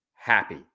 Happy